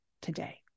today